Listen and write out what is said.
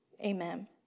Amen